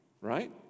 Right